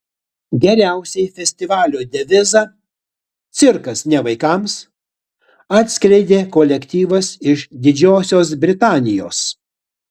geriausiai festivalio devizą cirkas ne vaikams atskleidė kolektyvas iš didžiosios britanijos